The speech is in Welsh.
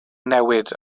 newid